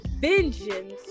Vengeance